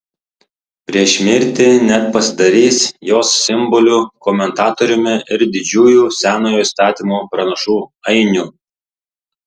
prieš mirtį net pasidarys jos simbolių komentatoriumi ir didžiųjų senojo įstatymo pranašų ainiu